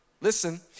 Listen